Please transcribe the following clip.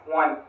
one